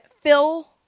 Phil